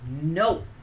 no